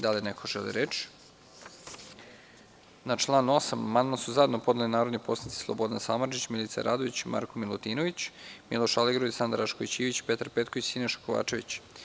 Da li neko želi reč? (Ne) Na član 8. amandman su zajedno podneli narodni poslanici Slobodan Samardžić, Milica Radović, Marko Milutinović, Miloš Aligrudić, Sanda Rašković-Ivić, Petar Petković i Siniša Kovačević.